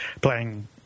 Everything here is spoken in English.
playing